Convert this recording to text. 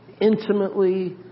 intimately